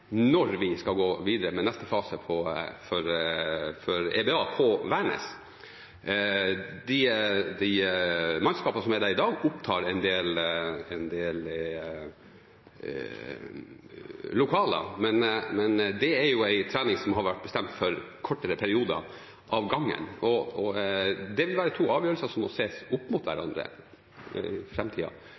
når vi skal gå videre med neste fase for EBA på Værnes. De mannskapene som er der i dag, opptar en del lokaler, men det er en trening som har vært bestemt for kortere perioder om gangen. Det vil være to avgjørelser som må ses opp mot hverandre